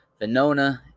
Venona